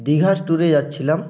দীঘা ট্যুরে যাচ্ছিলাম